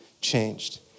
changed